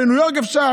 "בניו יורק אפשר